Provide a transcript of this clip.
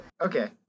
Okay